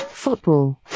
Football